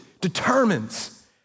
determines